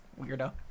weirdo